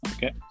Okay